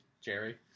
Jerry